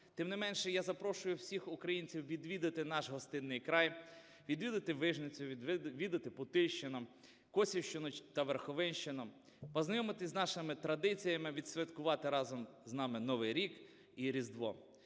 Тим не менше, я запрошую всіх українців відвідати наш гостинний край, відвідати Вижницю, відвідати Путильщину, Косівщину та Верховинщину, познайомитись з нашими традиціями, відсвяткувати разом з нами Новий рік і Різдво.